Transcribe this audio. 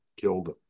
killed